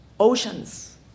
oceans